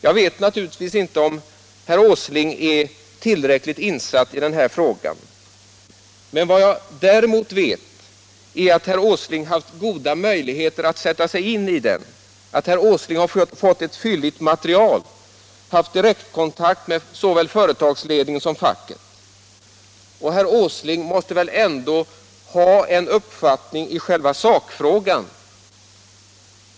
Jag vet naturligtvis inte om herr Åsling är tillräckligt insatt Tisdagen den i den här frågan, men vad jag däremot vet är att herr Åsling har haft 12 april 1977 goda möjligheter att sätta sig in i den, att herr Åsling har fått ett fylligt material, har haft direkt kontakt med såväl företagsledning som facket. — Om samhällets Herr Åsling måtte väl ändå ha en uppfattning i själva sakfrågan.